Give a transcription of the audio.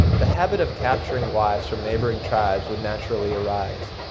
the habit of capturing wives from neighbouring tribes would naturally arise.